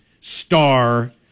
star